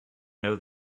know